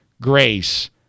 grace